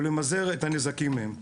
ולמזער את הנזקים מהם.